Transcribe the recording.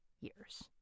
years